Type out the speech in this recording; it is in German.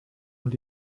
und